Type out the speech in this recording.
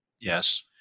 Yes